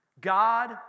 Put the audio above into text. God